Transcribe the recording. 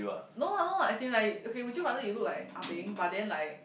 no lah no lah as in like okay would you rather you look like ah beng but then like